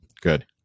Good